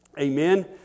Amen